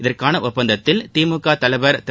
இதற்கான ஒப்பந்தத்தில் திமுக தலைவர் திரு